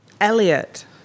Elliot